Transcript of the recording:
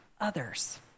others